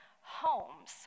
homes